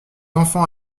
enfant